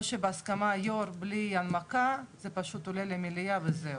או שבהסכמת היו"ר בלי הנמקה זה פשוט עולה למליאה וזהו.